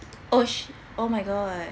!ouch! oh my god